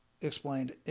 explained